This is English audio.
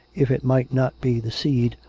if it might not be the seed,